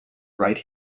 right